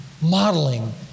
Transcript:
modeling